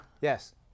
Yes